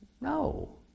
no